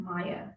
maya